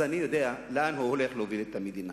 אז אני יודע לאן הוא הולך להוביל את המדינה.